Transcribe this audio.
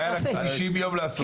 היה להם תשעים יום לעשות את זה.